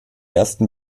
ersten